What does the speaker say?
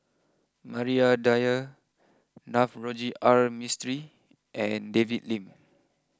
Maria Dyer Navroji R Mistri and David Lim